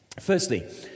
Firstly